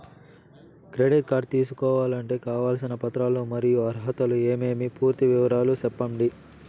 Credit card తీసుకోవాలంటే కావాల్సిన పత్రాలు మరియు అర్హతలు ఏమేమి పూర్తి వివరాలు సెప్పండి?